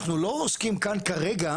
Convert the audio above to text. אנחנו לא עוסקים כאן כרגע,